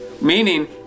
Meaning